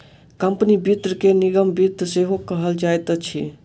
company वित्त के निगम वित्त सेहो कहल जाइत अछि